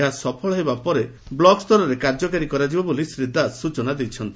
ଏହା ସଫଳ ହେବା ପରେ ବ୍ଲକସ୍ତରେ କାର୍ଯ୍ୟକାରୀ କରାଯିବ ବୋଲି ଶ୍ରୀ ଦାସ ସ୍ତଚନା ଦେଇଛନ୍ତି